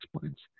points